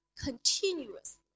Continuous